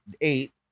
eight